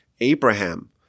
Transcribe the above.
Abraham